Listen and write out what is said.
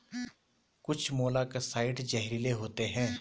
कुछ मोलॉक्साइड्स जहरीले होते हैं